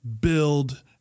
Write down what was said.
build